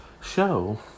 show